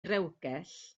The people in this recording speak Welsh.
rewgell